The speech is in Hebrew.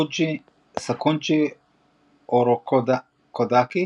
סאקונג'י אורוקודאקי,